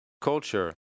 culture